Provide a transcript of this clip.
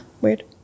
Weird